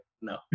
no